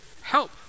help